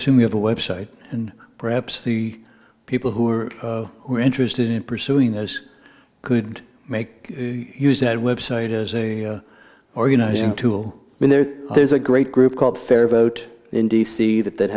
assume you have a website and perhaps the people who are who are interested in pursuing this could make use that website is a organizing tool in there there's a great group called fair vote in d c that that